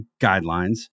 guidelines